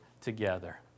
together